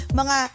mga